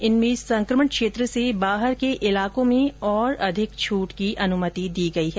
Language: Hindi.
इनमें संकमण क्षेत्र से बाहर के इलाकों में और अधिक छूट की अनुमति दी है